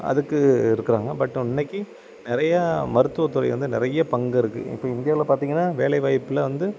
அதுக்கு இருக்கிறாங்க பட் இன்றைக்கி நிறையா மருத்துவத்துறை வந்து நிறைய பங்கு இருக்குது இப்போ இந்தியாவில் பார்த்திங்கன்னா வேலை வாய்ப்பில் வந்து